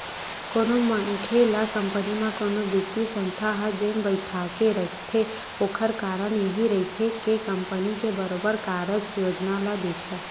कोनो मनखे ल कंपनी म कोनो बित्तीय संस्था ह जेन बइठाके रखथे ओखर कारन यहीं रहिथे के कंपनी के बरोबर कारज योजना ल देखय